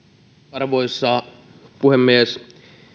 arvoisa puhemies